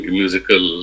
musical